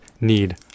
need